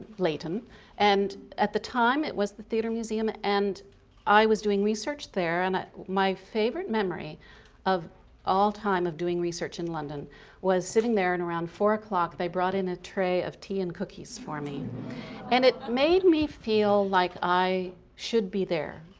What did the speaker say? layton and at the time it was the theatre museum and i was doing research there and my favorite memory of all time of doing research in london was sitting there and around four o'clock they brought in a tray of tea and cookies for me and it made me feel like i should be there.